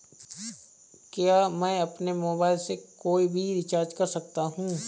क्या मैं अपने मोबाइल से कोई भी रिचार्ज कर सकता हूँ?